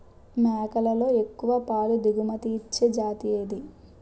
మేకలలో ఎక్కువ పాల దిగుమతి ఇచ్చే జతి ఏది?